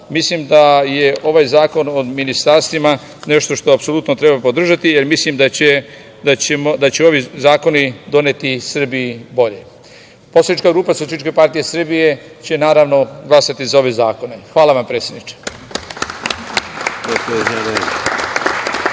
mislim da je ovaj Zakon o ministarstvima nešto što apsolutno treba podržati, jer mislim da će ovi zakoni doneti Srbiji bolje. Poslanička grupa SPS će naravno glasati za ove zakone. Hvala. **Ivica